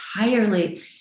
entirely